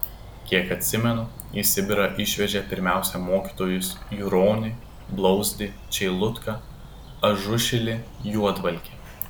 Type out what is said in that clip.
kiek atsimenu į sibirą išvežė pirmiausia mokytojus juronį blauzdį čeilutką ažušilį juodvalkį